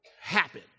happen